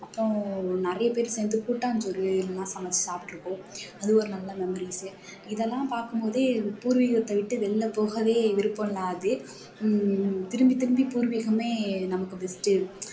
அப்புறம் நிறைய பேர் சேர்ந்து கூட்டாஞ்சோறு எல்லாம் சமைச்சு சாப்பிட்ருப்போம் அது ஒரு நல்ல மெமரிஸ்சு இதெல்லாம் பார்க்கும்போதே பூர்வீகத்தை விட்டு வெளியில் போகவே விருப்பம் இல்லாது திரும்பி திரும்பி பூர்வீகமே நமக்கு பெஸ்ட்